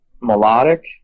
melodic